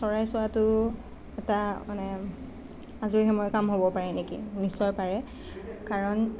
চৰাই চোৱাটো এটা মানে আজৰি সময়ৰ কাম হ'ব পাৰে নেকি নিশ্চয় পাৰে কাৰণ